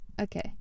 Okay